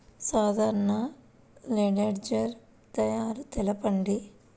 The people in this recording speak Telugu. సాధారణ లెడ్జెర్ తయారి తెలుపండి?